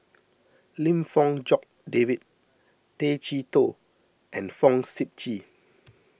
Lim Fong Jock David Tay Chee Toh and Fong Sip Chee